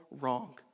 wrong